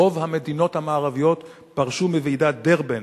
רוב המדינות המערביות פרשו מוועידת דרבן,